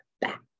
back